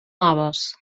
noves